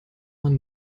man